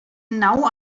now